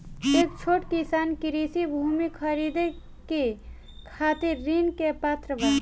का छोट किसान कृषि भूमि खरीदे के खातिर ऋण के पात्र बा?